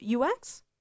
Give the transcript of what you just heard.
UX